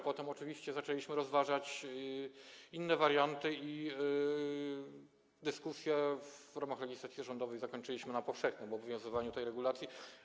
Potem oczywiście zaczęliśmy rozważać inne warianty i dyskusję w ramach legislacji rządowej zakończyliśmy na ustaleniu powszechnego obowiązywania tej regulacji.